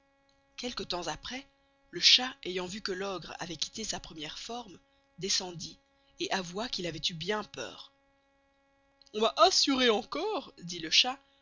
quelque temps aprés le chat ayant veu que l'ogre avoit quitté sa premiere forme descendit et avoüa qu'il avoit eu bien peur on m'a assuré encore dit le chat